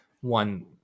one